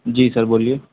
جی sir بولیے